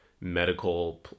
medical